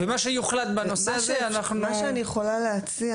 מה שאני יכולה להציע,